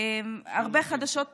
הרבה חדשות טובות.